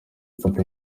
mfata